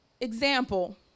example